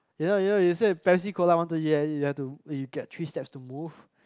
you know you know you said Pepsi Cola one two yeah you have to you get three steps to move